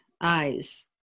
eyes